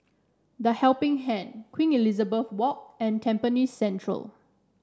The Helping Hand Queen Elizabeth Walk and Tampines Central